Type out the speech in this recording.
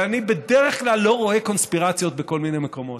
אני בדרך כלל לא רואה קונספירציות בכל מיני מקומות,